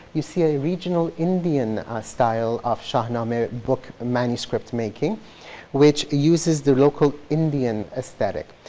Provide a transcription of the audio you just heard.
you see a regional indian style of shahnameh book manuscript making which uses the local indian esthetic.